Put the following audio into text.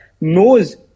knows